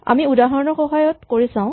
আমি উদাহৰণৰ সহায়ত কৰি চাওঁ